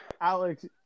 Alex